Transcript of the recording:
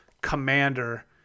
commander